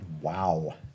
Wow